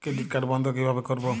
Credit card বন্ধ কিভাবে করবো?